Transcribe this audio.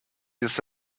jest